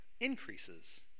increases